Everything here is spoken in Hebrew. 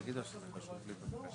בתקנה זו, "חייל מילואים פעיל"